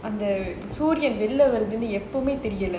எப்ப சூரியன் வெளிய வருதுன்னு தெரிது இல்ல:eppa suriyan veliya varuthunu terithu illa